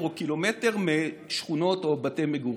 או קילומטר משכונות או בתי מגורים.